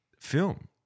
film